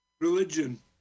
Religion